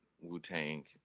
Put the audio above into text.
Wu-Tang